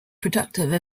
productive